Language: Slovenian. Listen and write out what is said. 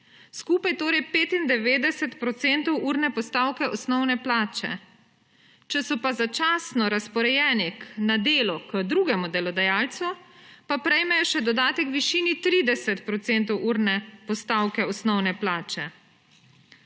skupaj torej 95 % urne postavke osnovne plače. Če so pa začasno razporejeni na delo k drugemu delodajalcu, pa prejmejo še dodatek v višini 30 % urne postavke osnovne plače.